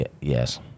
Yes